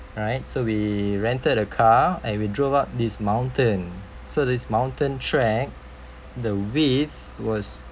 alright so we rented a car and we drove up this mountain so this mountain trek the width was